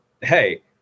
hey